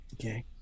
okay